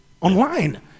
online